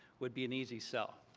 would be an easy sell.